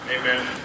Amen